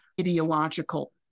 ideological